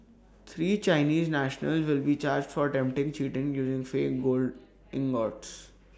three Chinese nationals will be charged for attempted cheating using fake gold ingots